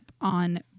on